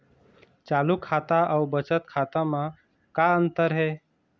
चालू खाता अउ बचत खाता म का अंतर हे?